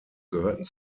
gehörten